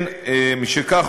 משכך,